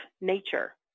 nature